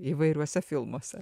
įvairiuose filmuose